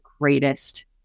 greatest